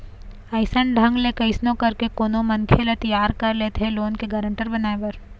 अइसन ढंग ले कइसनो करके कोनो मनखे ल तियार कर लेथे लोन के गारेंटर बनाए बर